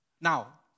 Now